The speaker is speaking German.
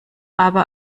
aber